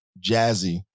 Jazzy